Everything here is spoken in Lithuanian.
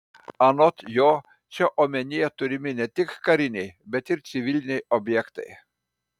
anot jo čia omenyje turimi ne tik kariniai bet ir civiliniai objektai